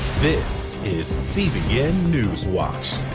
this is cbn newswatch.